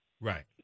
right